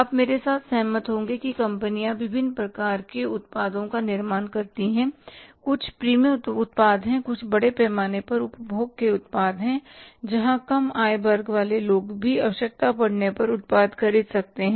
आप मेरे साथ सहमत होंगे कि कंपनियां विभिन्न प्रकार के उत्पादों का निर्माण करती हैं कुछ प्रीमियम उत्पाद हैं कुछ बड़े पैमाने पर उपभोग के उत्पाद हैं जहां कम आय वर्ग वाले लोग भी आवश्यकता पड़ने पर उत्पाद ख़रीद सकते हैं